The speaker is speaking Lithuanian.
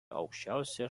aukščiausioje